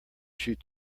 shoot